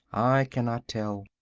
i cannot tell.